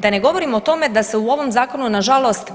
Da ne govorim o tome da se u ovom zakonu, nažalost